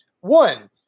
One